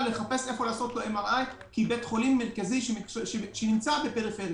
לחפש איפה לעשות לו MRI כבית חולים מרכזי שנמצא בפריפריה,